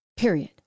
Period